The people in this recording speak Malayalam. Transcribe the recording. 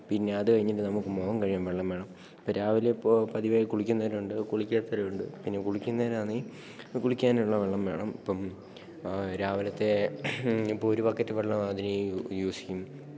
പിന്നെ അത് കഴിഞ്ഞിട്ട് നമുക്കു മുഖം കഴുകാൻ വെള്ളം വേണം ഇപ്പോള് രാവിലെ ഇപ്പോള് പതിവായി കുളിക്കുന്നവരുണ്ട് കുളിക്കാത്തവരുണ്ട് പിന്നെ കുളിക്കുന്നതിനാണെങ്കില് കുളിക്കാനുള്ള വെള്ളം വേണം ഇപ്പോള് രാവിലെത്തെ ഇപ്പോള് ഒരു ബക്കറ്റ് വെള്ളം അതിന് യൂസെയ്യും